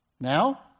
Now